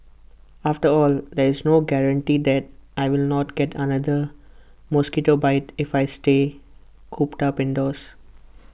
after all there's no guarantee that I will not get another mosquito bite if I stay cooped up indoors